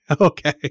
Okay